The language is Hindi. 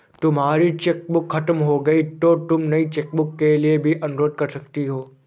तुम्हारी चेकबुक खत्म हो गई तो तुम नई चेकबुक के लिए भी अनुरोध कर सकती हो